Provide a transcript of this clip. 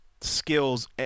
skills –